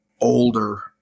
older